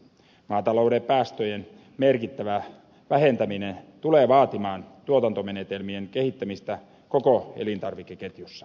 maatalouden päästöjen merkittävä vähentäminen tulee vaatimaan tuotantomenetelmien kehittämistä koko elintarvikeketjussa